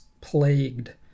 plagued